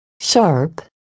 sharp